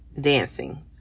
dancing